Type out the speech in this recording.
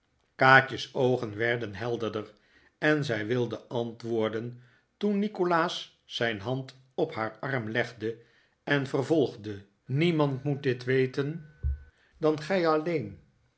kaatje's oogen werden helderder en zij wilde antwoorden toen nikolaas zijn hand op haar arm legde en vervolgde niemand moet dit weten dan gij alleen